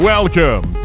Welcome